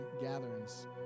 gatherings